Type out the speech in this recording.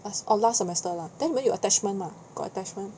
eh oh last semester lah then 没有 attachment lah got attachment